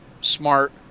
smart